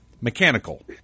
mechanical